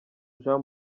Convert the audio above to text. jean